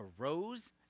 arose